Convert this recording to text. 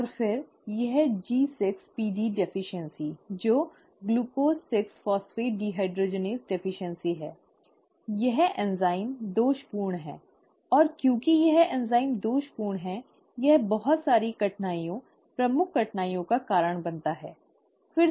और फिर यह G6PD की कमी जो Glucose 6 Phosphate Dehydrogenase' की कमी है यह एंजाइम दोषपूर्ण है और क्योंकि यह एंजाइम दोषपूर्ण है यह बहुत सारी कठिनाइयों प्रमुख कठिनाइयों का कारण बनता है है ना